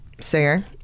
singer